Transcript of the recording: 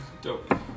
Dope